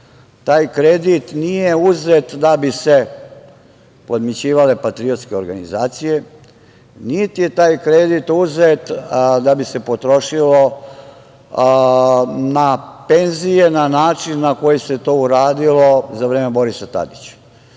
Taj kredit nije uzet da bi se podmićivale patriotske organizacije, niti je taj kredit uzet da bi se potrošilo na penzije na način na koji se to uradilo za vreme Borisa Tadića.